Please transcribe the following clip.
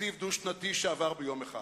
בתקציב דו-שנתי שעבר ביום אחד,